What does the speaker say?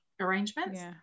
arrangements